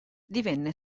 divenne